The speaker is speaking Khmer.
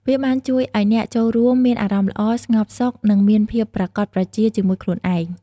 វាបានជួយឲ្យអ្នកចូលរួមមានអារម្មណ៍ល្អ ស្ងប់សុខនិងមានភាពប្រាកដប្រជាជាមួយខ្លួនឯង។